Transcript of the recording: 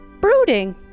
brooding